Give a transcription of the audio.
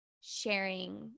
sharing